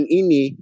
ini